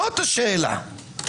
זו השאלה.